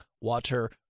Water